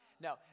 No